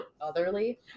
otherly